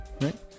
right